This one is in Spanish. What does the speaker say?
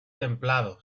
templado